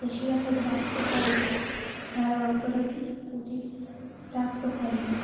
તો શિયાળને દ્રાક્ષ તો ખાવી હતી ઝાડવા ઉપર હતી ઊંચી દ્રાક્ષ તો ખાવી હતી